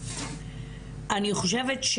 אני חושבת,